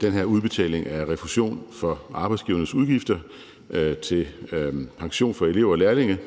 den her udbetaling af refusion for arbejdsgivernes udgifter til pension for elever og lærlinge